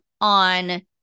on